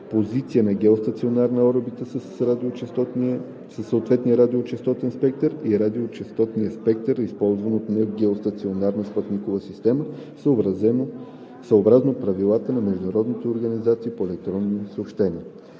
позиция на геостационарната орбита със съответния радиочестотен спектър и радиочестотния спектър, използван от негеостационарна спътникова система, съобразно правилата на международните организации по електронни съобщения.“